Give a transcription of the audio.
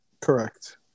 Correct